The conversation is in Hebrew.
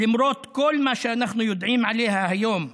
למרות כל מה שאנחנו יודעים עליה היום,